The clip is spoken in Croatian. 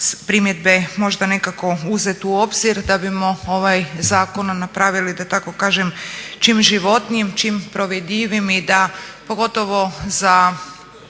primjedbe možda nekako uzeti u obzir da bimo ovaj zakon napravili da tako kažem čim životnijim, čim provedivijim i da pogotovo za